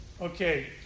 Okay